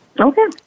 Okay